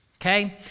Okay